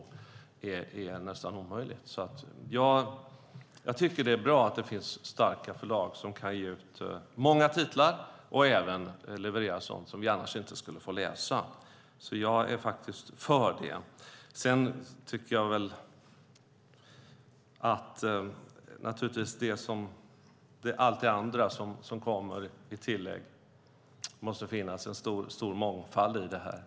Det är nästan omöjligt. Jag tycker alltså att det är bra att det finns starka förlag som kan ge ut många titlar och även leverera sådant som vi annars inte skulle få läsa. Jag är faktiskt för det. Sedan tycker jag väl att det måste finnas en stor mångfald i det här med allt det andra som kommer till.